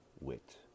Wit